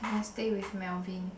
okay stay with Melvin